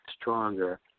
stronger